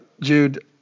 Jude